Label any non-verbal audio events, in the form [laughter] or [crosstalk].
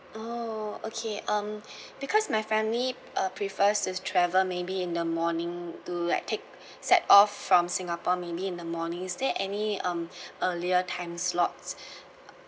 oh okay um because my family uh prefers to travel maybe in the morning to like take set off from singapore maybe in the morning is there any um [breath] earlier time slots